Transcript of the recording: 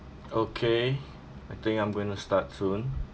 okay I think I'm going to start soon